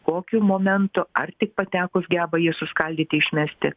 kokiu momentu ar tik patekus geba jį suskaldyti išmesti